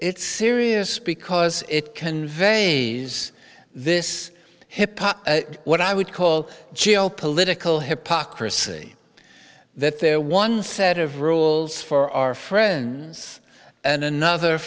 it's serious because it conveys this hip hop what i would call geopolitical hypocrisy that there one set of rules for our friends and another